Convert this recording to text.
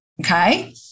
Okay